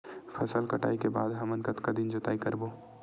फसल कटाई के बाद हमन कतका दिन जोताई करबो?